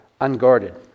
unguarded